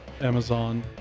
amazon